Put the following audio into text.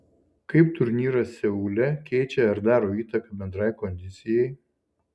kaip turnyras seule keičia ar daro įtaką bendrai kondicijai